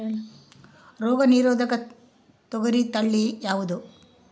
ರೋಗ ನಿರೋಧಕ ತೊಗರಿ ತಳಿ ಯಾವುದು?